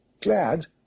Glad